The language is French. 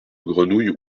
grenouilles